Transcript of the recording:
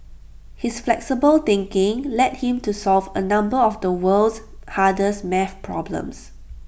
his flexible thinking led him to solve A number of the world's hardest maths problems